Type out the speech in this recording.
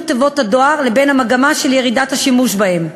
תיבות הדואר לבין המגמה של ירידת השימוש בהן.